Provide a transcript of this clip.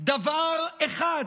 דבר אחד